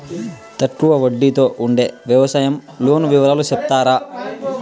తక్కువ వడ్డీ తో ఉండే వ్యవసాయం లోను వివరాలు సెప్తారా?